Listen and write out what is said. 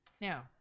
Now